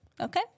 okay